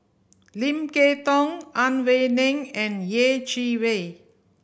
Lim Kay Tong Ang Wei Neng and Yeh Chi Wei